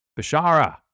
Bashara